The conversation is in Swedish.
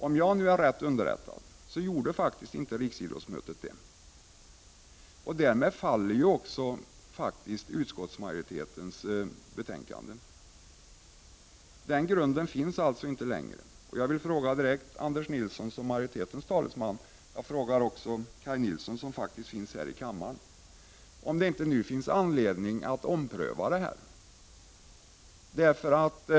Om jag är rätt underrättad gjorde riksidrottsmötet inte det. Därmed faller också utskottsmajoritetens skrivning. Den grund som utskottets hemställan vilar på finns alltså inte längre. Jag vill då direkt fråga Anders Nilsson, som majoritetens talesman — jag ställer den frågan också till Kaj Nilsson, som är närvarande här i kammaren — om det inte nu finns anledning att ompröva utskottsmajoritetens ställningstagande.